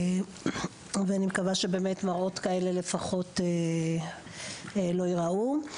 ואני מקווה שבאמת מראות כאלה לפחות לא ייראו.